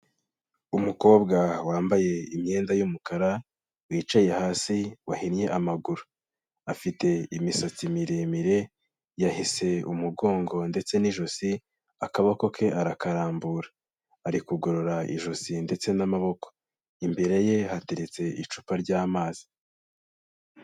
Umukobwa wambaye imyenda y'umukara wicaye hasi wahinnye amaguru, afite imisatsi miremire yahese umugongo ndetse n'ijosi akaboko ke arakarambura, ari kugorora ijosi ndetse n'amaboko, imbere ye hateretse icupa ry'amazi.